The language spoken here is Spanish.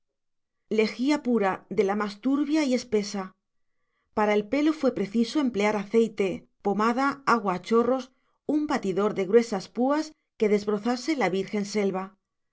lejía pura de la más turbia y espesa para el pelo fue preciso emplear aceite pomada agua a chorros un batidor de gruesas púas que desbrozase la virgen selva